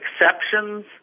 exceptions